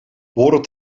behoren